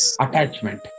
attachment